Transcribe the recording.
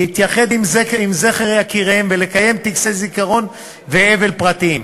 להתייחד עם זכר יקיריהם ולקיים טקסי זיכרון ואבל פרטיים.